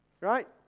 right